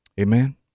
Amen